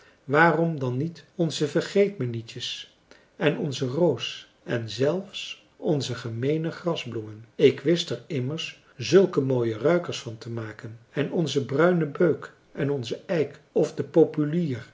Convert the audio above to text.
waarom dan niet ons vergeetmijnietje en onze roos en zelfs onze gemeene grasbloemen ik wist er immers zulke mooie ruikers van te maken en onze bruine beuk en onze eik of de populier